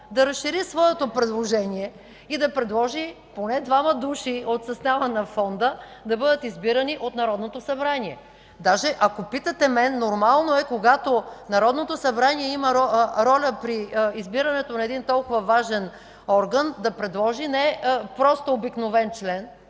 да разшири своето предложение и да предложи поне двама души от състава на Фонда да бъдат избирани от Народното събрание. Даже ако питате мен, нормално е, когато Народното събрание има роля при избирането на един толкова важен орган, да предложи не просто обикновен член,